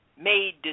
made